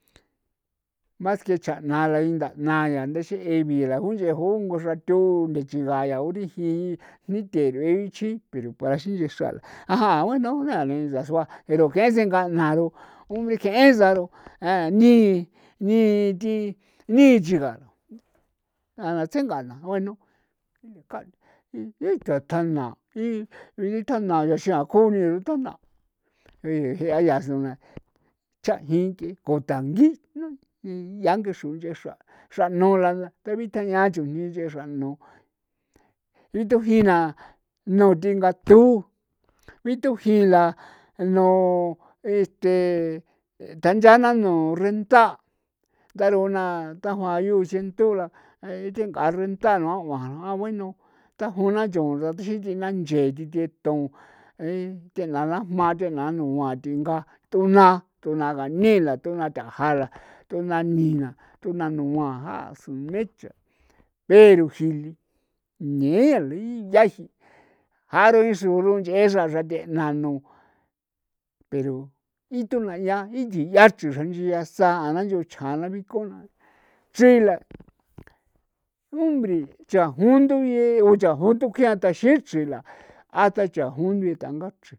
Maski cha'na la inda na yaa nda xe'e bi'i la nchejo ngo xratho nthachigaa yaa udi rijin ni theree chi pero para ninchexra a jaan uenao saso'a aro ke, en tsengana ru ju'uni ke'en tsa ru a nii nii thi chigaro ja'ana tsjengana ithetjana iditjanaa yaa xan ko iditjana je'o yaa si no chá jin ke'e ko tangi jna yaa ngi xrui nche'e xra xra nu la la tabitjañe'a chujni nche'e xra nu itujina nu thi ngato bithujila nu iste danchana nu renta' ndaruna na di daju'an yoo xin thula thi ngaa renta' nua'a ja'a bueno dajo na choo nda thi tii'o na nche thii thee ton thena na jma thena na nua thii ngaa tuna tuna ganii la thuna taja la tuna niina thuna nua ja su mecha pero ji'il nea li yaiji aro isuru nche'e xra xrathena nu pero ituna yaa ithi'a chrin xranchia saana nchuu chjan na biko na chri la bre chajun nduyee uchajun anto jian taxichri la hasta chajon la tangaa chrin.